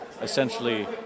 essentially